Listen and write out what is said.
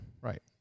Right